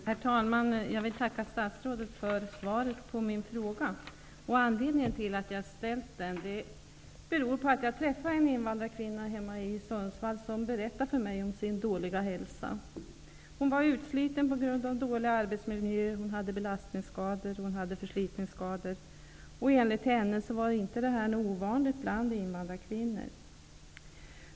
Herr talman! Jag tackar statsrådet för svaret på min fråga. Anledningen till att jag har ställt den är att jag träffade en invandrarkvinna hemma i Sundsvall, som för mig berättade om sin dåliga hälsa. Hon var utsliten på grund av dålig arbetsmiljö. Hon hade belastnings och förslitningsskador. Enligt henne var detta inte något ovanligt bland invandrarkvinnor.